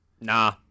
Nah